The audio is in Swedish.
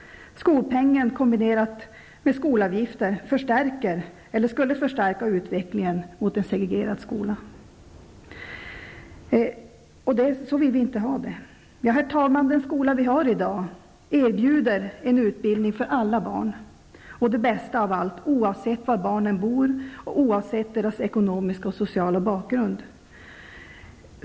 Skolpengen kombinerad med skolavgifter skulle förstärka utvecklingen mot en segregerad skola. Så vill vi inte ha det. Herr talman! Den skola vi har i dag erbjuder en utbildning för alla barn och -- det bästa av allt -- oavsett var barnen bor och oavsett deras ekonomiska och sociala bakgrund.